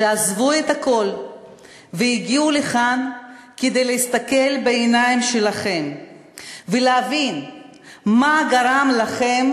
שעזבו את הכול והגיעו לכאן כדי להסתכל בעיניים שלכם ולהבין מה גרם לכם,